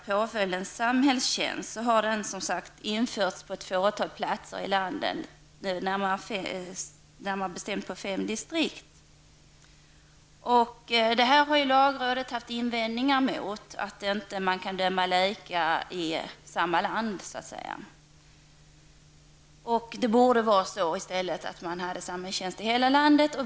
Påföljden samhällstjänst har införts på ett fåtal platser i landet, närmare bestämt i fem distrikt. Det har lagrådet haft invändningar emot, därför att man inte kan döma lika i hela landet. Det borde i stället vara så att man hade samhällstjänst i hela landet.